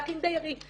להכין דיירים.